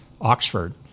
Oxford